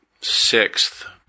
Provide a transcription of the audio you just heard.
sixth